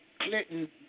Clinton